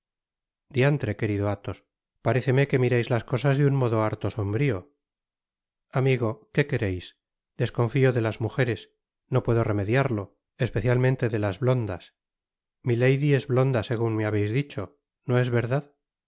diantre querido athos parecéme que mirais las cosas de un modo harto sombrio amigo que quereis desconfio de las mugeres no puedo remediarlo especialmente de las blondas milady es blonda segun me habeis dicho no es verdad